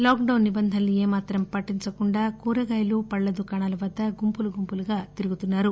lockdown నిబంధనలు ఏ మాత్రం పాటించకుండా కూరగాయలు పండ్ల దుకాణాల వద్గ గుంపులు గుంపులుగా తిరుగుతున్నారు